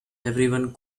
everyone